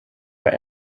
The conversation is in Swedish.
jag